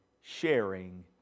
sharing